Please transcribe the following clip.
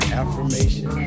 affirmation